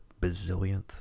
bazillionth